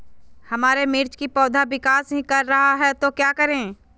हमारे मिर्च कि पौधा विकास ही कर रहा है तो क्या करे?